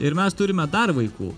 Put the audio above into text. ir mes turime dar vaikų